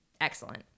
excellent